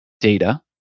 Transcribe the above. data